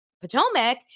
Potomac